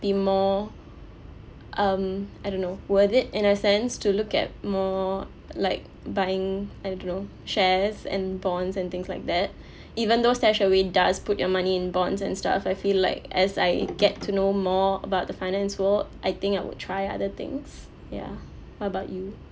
be more um I don't know worth it in a sense to look at more like buying I don't know shares and bonds and things like that even though StashAway does put your money in bonds and stuff I feel like as I get to know more about the finance world I think I will try other things ya what about you